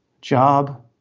Job